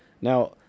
Now